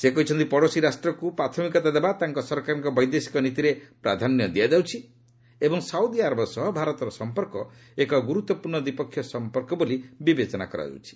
ସେ କହିଛନ୍ତି ପଡ଼ୋଶୀ ରାଷ୍ଟକ୍ର ପ୍ରାଥମିକତା ଦେବା ତାଙ୍କ ସରକାରଙ୍କ ବୈଦେଶିକ ନୀତିରେ ପ୍ରାଧାନ୍ୟ ଦିଆଯାଉଛି ଏବଂ ସାଉଦି ଆରବ ସହ ଭାରତର ସଂପର୍କ ଏକ ଗୁରୁତ୍ୱପୂର୍ଣ୍ଣ ଦିପକ୍ଷିୟ ସଂପର୍କ ବୋଲି ବିବେଚନା କରାଯାଉଛି